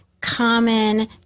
common